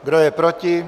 Kdo je proti?